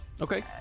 Okay